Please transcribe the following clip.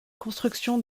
construction